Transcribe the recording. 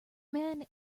man